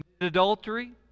adultery